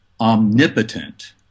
omnipotent